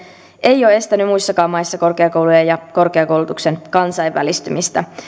ei ole estänyt muissakaan maissa korkeakoulujen ja korkeakoulutuksen kansainvälistymistä